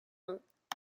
课程